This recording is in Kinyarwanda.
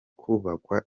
kubakwa